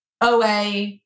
OA